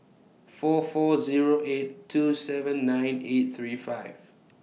four four Zero eight two seven nine eight three five